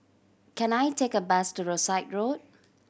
can I take a bus to Rosyth Road